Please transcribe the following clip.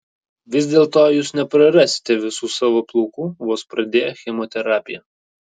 vis dėlto jūs neprarasite visų savo plaukų vos pradėję chemoterapiją